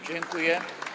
Dziękuję.